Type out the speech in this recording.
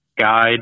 guide